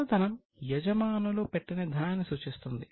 మూలధనం యజమానులు పెట్టిన ధనాన్ని సూచిస్తుంది